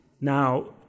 Now